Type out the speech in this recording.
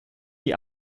die